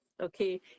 okay